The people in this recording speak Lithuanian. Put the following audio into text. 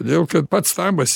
todėl kad pats sabas